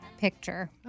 Picture